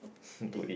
to eat